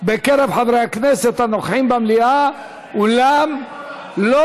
בקרב חברי הכנסת הנוכחים במליאה אולם לא